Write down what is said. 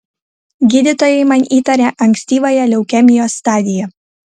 gydytojai man įtarė ankstyvąją leukemijos stadiją